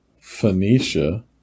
Phoenicia